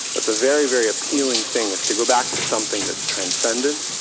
that's a very, very appealing thing is to go back to something that's transcendent,